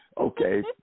Okay